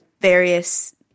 various